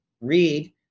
read